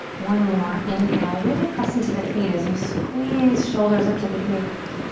one more, inhale, really press into the feet as you squeeze shoulders up to the ears.